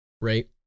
right